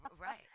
Right